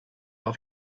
auf